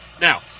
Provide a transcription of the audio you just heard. Now